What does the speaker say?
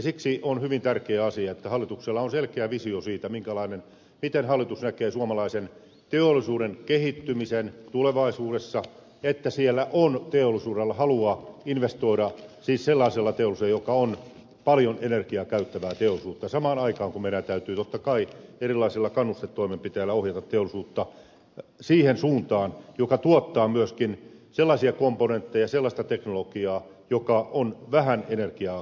siksi on hyvin tärkeä asia että hallituksella on selkeä visio siitä miten hallitus näkee suomalaisen teollisuuden kehittymisen tulevaisuudessa että siellä on teollisuudella halua investoida siis sellaisella teollisuudella joka on paljon energiaa käyttävää teollisuutta samaan aikaan kun meidän täytyy totta kai erilaisilla kannustetoimenpiteillä ohjata teollisuutta siihen suuntaan joka tuottaa myöskin sellaisia komponentteja sellaista teknologiaa joka on vähän energiaa käyttävää